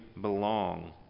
belong